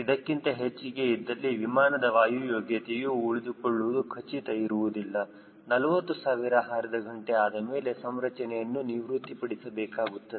ಇದಕ್ಕಿಂತ ಹೆಚ್ಚಿಗೆ ಇದ್ದಲ್ಲಿ ವಿಮಾನದ ವಾಯು ಯೋಗ್ಯತೆಯೂ ಉಳಿದುಕೊಳ್ಳುವುದು ಖಚಿತವಾಗಿ ಇರುವುದಿಲ್ಲ 40000 ಹಾರಿದ ಗಂಟೆ ಆದ ಮೇಲೆ ಸಂರಚನೆಯನ್ನು ನಿವೃತ್ತಿ ಪಡಿಸಬೇಕಾಗುತ್ತದೆ